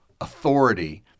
authority